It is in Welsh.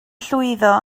llwyddo